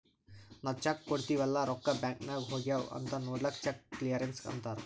ನಾವ್ ಚೆಕ್ ಕೊಡ್ತಿವ್ ಅಲ್ಲಾ ರೊಕ್ಕಾ ಬ್ಯಾಂಕ್ ನಾಗ್ ಹೋಗ್ಯಾವ್ ಅಂತ್ ನೊಡ್ಲಕ್ ಚೆಕ್ ಕ್ಲಿಯರೆನ್ಸ್ ಅಂತ್ತಾರ್